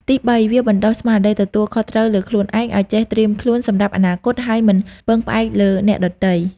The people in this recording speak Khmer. ទីបី វាបណ្តុះស្មារតីទទួលខុសត្រូវលើខ្លួនឯង ឲ្យចេះត្រៀមខ្លួនសម្រាប់អនាគត ហើយមិនពឹងផ្អែកលើអ្នកដទៃ។